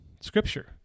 scripture